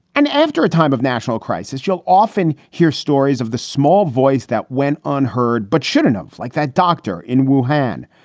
and after a time of national crisis, you'll often hear stories of the small voice that went unheard. but sure enough, like that doctor in one hand.